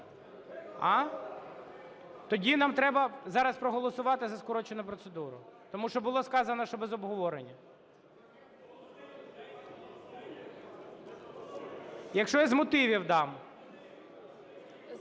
Тоді нам треба зараз проголосувати за скорочену процедуру, тому що було сказано, що без обговорення. (Шум у залі) Якщо я з мотивів дам.